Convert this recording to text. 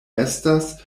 estas